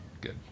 Good